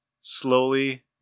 slowly